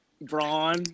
Braun